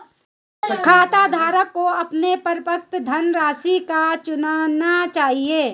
खाताधारक को अपने परिपक्व धनराशि को चुनना चाहिए